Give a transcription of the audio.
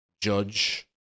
judge